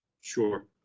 Sure